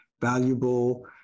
valuable